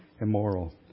immoral